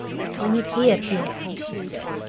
bring it here, pierre she said.